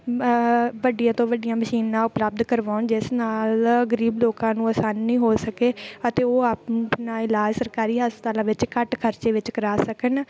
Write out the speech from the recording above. ਵੱਡੀਆਂ ਤੋਂ ਵੱਡੀਆਂ ਮਸ਼ੀਨਾਂ ਉਪਲੱਬਧ ਕਰਵਾਉਣ ਜਿਸ ਨਾਲ ਗਰੀਬ ਲੋਕਾਂ ਨੂੰ ਆਸਾਨੀ ਹੋ ਸਕੇ ਅਤੇ ਉਹ ਆਪਣਾ ਇਲਾਜ ਸਰਕਾਰੀ ਹਸਪਤਾਲਾਂ ਵਿੱਚ ਘੱਟ ਖਰਚੇ ਵਿੱਚ ਕਰਵਾ ਸਕਣ